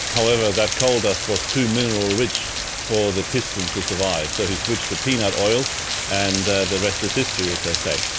however, that coal dust was too mineral rich for the piston to survive, so he switched to peanut oil and the the rest is history, as they say.